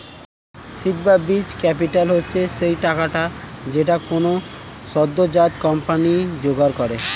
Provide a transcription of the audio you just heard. seed বা বীজ capital হচ্ছে সেই টাকাটা যেইটা কোনো সদ্যোজাত কোম্পানি জোগাড় করে